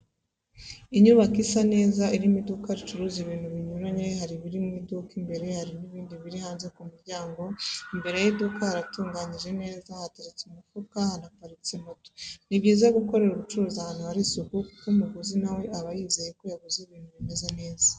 Inyubako isa neza irimo iduka ricuruza ibintu binyuranye hari ibiri MU iduka imbere hari n'ibindi biri hanze ku muryango, imbere y'iduka haratunganyije neza hateretse umufuka hanaparitse moto. Ni byiza gukorera ubucuruzi ahantu hari isuku kuko umuguzi nawe aba yizeye ko yaguze ibintu bimeze neza.